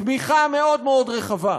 תמיכה מאוד רחבה.